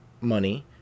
money